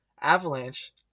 Avalanche